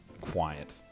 quiet